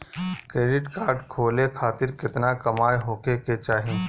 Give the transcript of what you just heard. Credit card खोले खातिर केतना कमाई होखे के चाही?